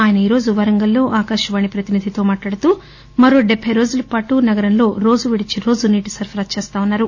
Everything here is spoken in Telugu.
ఆయన ఈ రోజు వరంగల్ లో ఆకాశవాణి ప్రతినిధితో మాట్లాడుతూ మరో డెబ్బె రోజులపాటు నగరంలో రోజు విడిచి రోజు నీటి సరఫరా చేస్తామన్నారు